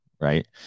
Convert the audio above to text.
right